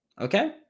Okay